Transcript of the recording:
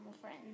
friends